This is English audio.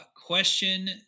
Question